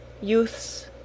youths